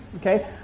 okay